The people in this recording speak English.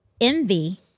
envy